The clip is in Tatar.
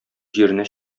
җиренә